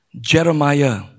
Jeremiah